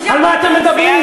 על מה אתם מדברים?